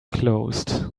closed